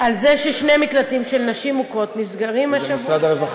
על זה ששני מקלטים לנשים מוכות נסגרים השבוע.